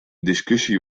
discussie